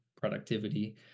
productivity